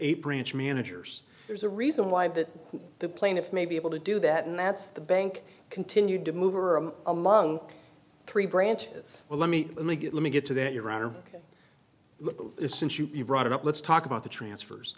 eight branch managers there's a reason why that the plaintiff may be able to do that and that's the bank continued to move or i'm a low three branches well let me let me get let me get to that your honor is since you brought it up let's talk about the transfers